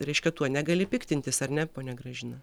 reiškia tuo negali piktintis ar ne ponia gražina